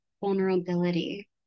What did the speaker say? vulnerability